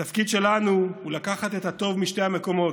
התפקיד שלנו הוא לקחת את הטוב משני המקומות,